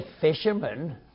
fisherman